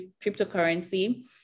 cryptocurrency